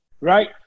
right